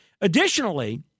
Additionally